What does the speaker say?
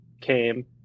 came